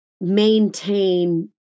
maintain